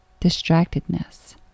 distractedness